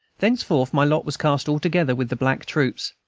thenceforth my lot was cast altogether with the black troops,